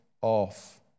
off